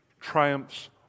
triumphs